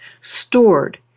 stored